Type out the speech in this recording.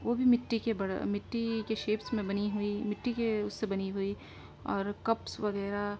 وہ بھی مٹی کے بر مٹی کے شیپس میں بنی ہوئی مٹی کے اس سے بنی ہوئی اور کپس وغیرہ